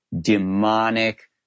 demonic